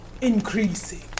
increasing